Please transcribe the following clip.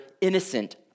innocent